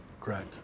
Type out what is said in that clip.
Correct